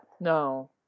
No